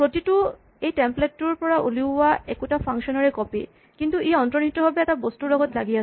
প্ৰতিটো এই টেমপ্লেট টোৰ পৰা ওলিওৱা একেটা ফাংচন ৰে কপি কিন্তু ই অন্তনিহিতভাৱে এটা বস্তু ৰ লগত লাগি আছে